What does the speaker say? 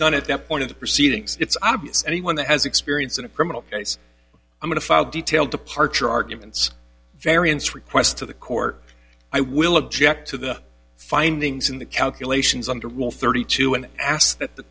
done it dept one of the proceedings it's obvious anyone that has experience in a criminal case i'm going to file detailed departure arguments variance request to the court i will object to the findings in the calculations under rule thirty two and ask that the